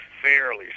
fairly